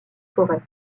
forêts